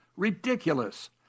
ridiculous